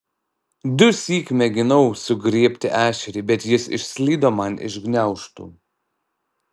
dusyk mėginau sugriebti ešerį bet jis išslydo man iš gniaužtų